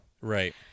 Right